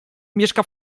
mieszka